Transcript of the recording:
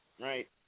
right